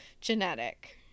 genetic